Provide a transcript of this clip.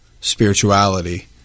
spirituality